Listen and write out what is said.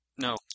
No